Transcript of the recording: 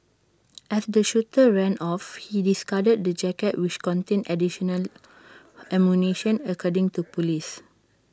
as the shooter ran off he discarded the jacket which contained additional ammunition according to Police